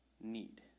need